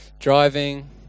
driving